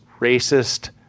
racist